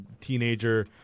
teenager